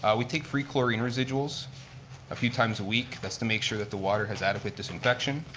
we take free chlorine residuals a few times a week. that's to make sure that the water has adequate disinfection.